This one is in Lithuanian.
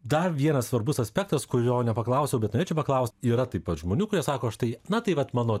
dar vienas svarbus aspektas kurio nepaklausiau bet norėčiau paklaust yra taip pat žmonių kurie sako štai na tai vat mano